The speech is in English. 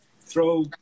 throw